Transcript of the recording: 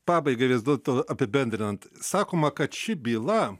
pabaigai vis dėlto apibendrinant sakoma kad ši byla